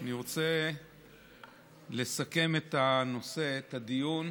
אני רוצה לסכם את הנושא, את הדיון.